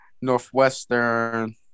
Northwestern